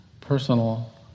personal